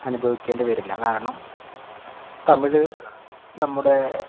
അനുഭവിക്കേണ്ടിവരില്ല കാരണം തമിഴ് നമ്മുടേ